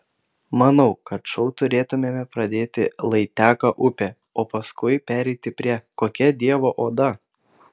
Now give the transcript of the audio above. manau kad šou turėtumėme pradėti lai teka upė o paskui pereiti prie kokia dievo oda